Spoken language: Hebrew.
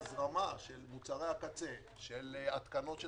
קצב ההזרמה של מוצרי הקצה של התקנות של